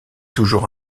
toujours